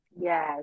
Yes